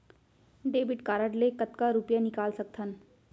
Debit card ले कतका रुपिया निकाल सकथन?